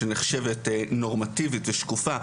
שנחשבת נורמטיבית ושקופה,